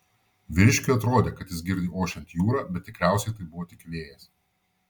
vyriškiui atrodė kad jis girdi ošiant jūrą bet tikriausiai tai buvo tik vėjas